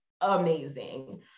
amazing